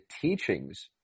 teachings